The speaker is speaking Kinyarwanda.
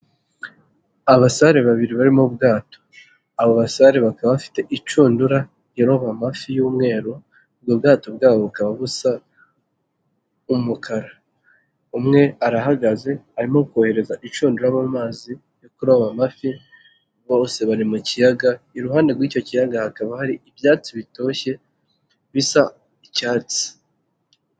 Abasare babiri bari mu bwato, abo basare bakaba bafite inshundura iroba amafi y'umweru ubwo bwato bwabo bukaba busa umukara, umwe arahagaze arimo kohereza inshundura mu mazi yo kuroba amafi bose bari mu kiyaga, iruhande rw'icyo kiyaga hakaba hari ibyatsi bitoshye bisa icyatsi.